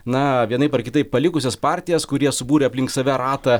na vienaip ar kitaip palikusias partijas kurie subūrė aplink save ratą